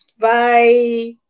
Bye